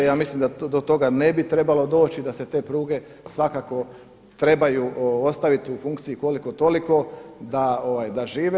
Ja mislim da do toga ne bi trebalo doći, da se te pruge svakako trebaju ostaviti u funkciji koliko toliko da žive.